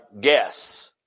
guess